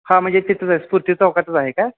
हां म्हणजे तिथंच आहे स्फूर्ती चौकातच आहे काय